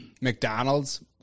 McDonald's